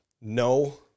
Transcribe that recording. No